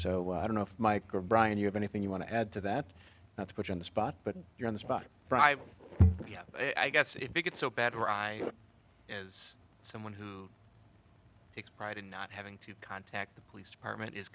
so i don't know if mike or brian you have anything you want to add to that not to put you on the spot but you're on the spot dr yeah i guess it gets so bad as someone who takes pride in not having to contact the police department is